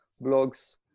blogs